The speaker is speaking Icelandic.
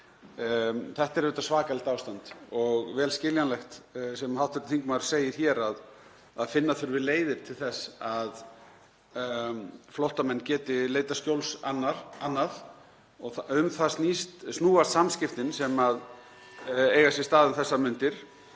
Þetta er auðvitað svakalegt ástand og vel skiljanlegt sem hv. þingmaður segir hér að finna þurfi leiðir til þess að flóttamenn geti leitað skjóls annað. (Forseti hringir.) Um það snúast samskiptin sem eiga sér stað um þessar mundir,